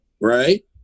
right